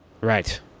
Right